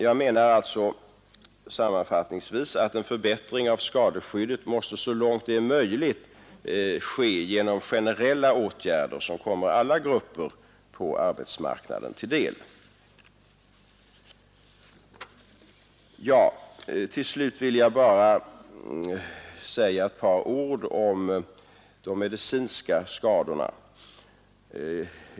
Jag menar alltså sammanfattningsvis att en förbättring av skadeskyddet måste så långt det är möjligt ske genom generella åtgärder som kommer alla grupper på arbetsmarknaden till del. Till slut vill jag bara säga några ord om de medicinska skadorna.